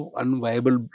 unviable